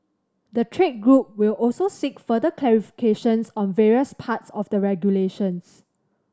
the trade group will also seek further clarification on various parts of the regulations